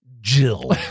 Jill